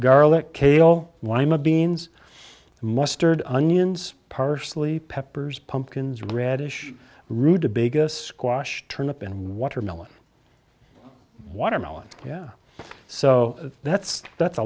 garlic kale lima beans mustard onions parsley peppers pumpkins radish rutabaga squash turnip and watermelon watermelon yeah so that's that's a